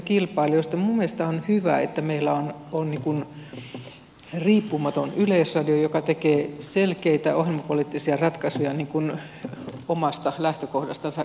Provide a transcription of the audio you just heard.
minun mielestäni on hyvä että meillä on riippumaton yleisradio joka tekee selkeitä ohjelmapoliittisia ratkaisuja omasta lähtökohdastansa käsin